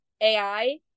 AI